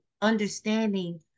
understanding